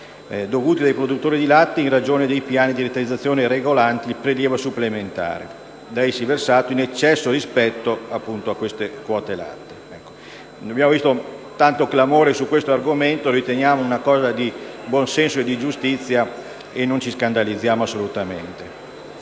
dovuti dai produttori di latte in ragione dei piani di rateizzazione regolanti il prelievo supplementare da essi versato in eccesso rispetto alle quote latte. C'è stato tanto clamore su questo argomento. Noi la riteniamo una misura di buon senso e di giustizia che non ci scandalizza assolutamente.